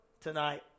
tonight